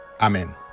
Amen